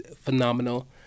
phenomenal